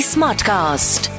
Smartcast